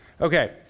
Okay